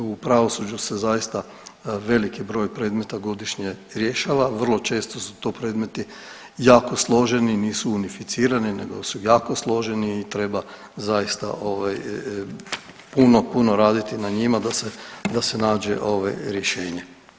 U pravosuđu se zaista veliki broj predmeta godišnje rješava, vrlo često su to predmeti jako složeni, nisu unificirani nego su jako složeni i treba zaista ovaj, puno puno raditi na njima da se, da se nađe ovaj rješenje.